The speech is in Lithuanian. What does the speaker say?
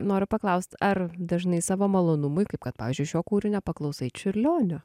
noriu paklaust ar dažnai savo malonumui kaip kad pavyzdžiui šio kūrinio paklausai čiurlionio